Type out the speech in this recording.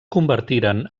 convertiren